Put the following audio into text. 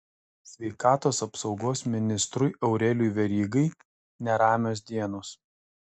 sveikatos apsaugos ministrui aurelijui verygai neramios dienos